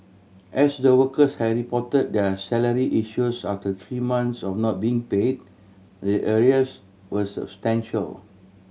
as the workers had reported their salary issues after three months of not being paid the arrears were substantial